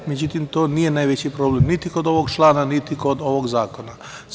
Međutim, to nije najveći problem niti kod ovog člana, niti kod ovog zakona.